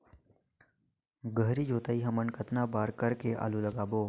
गहरी जोताई हमन कतना बार कर के आलू लगाबो?